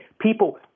People